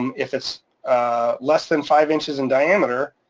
um if it's less than five inches in diameter,